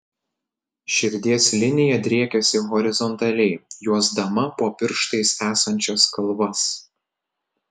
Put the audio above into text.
širdies linija driekiasi horizontaliai juosdama po pirštais esančias kalvas